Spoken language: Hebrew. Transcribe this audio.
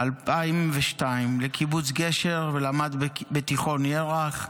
2002 לקיבוץ גשר ולמד בתיכון ירח.